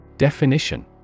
Definition